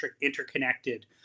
interconnected